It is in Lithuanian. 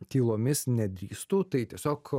tylomis nedrįstu tai tiesiog